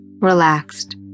relaxed